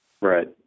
Right